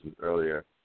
earlier